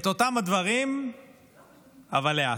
את אותם הדברים אבל לאט,